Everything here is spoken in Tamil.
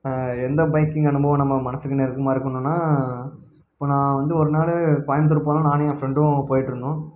எந்த பைக்கிங் அனுபவம் நம்ம மனதுக்கு நெருக்கமாக இருக்கணுன்னால் இப்போது நான் வந்து ஒரு நாள் கோயம்புத்தூர் போகலாம் நானும் என் ஃப்ரெண்டும் போய்கிட்ருந்தோம்